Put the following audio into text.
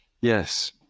Yes